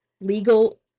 legal